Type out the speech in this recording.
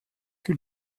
que